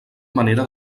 manera